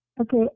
Okay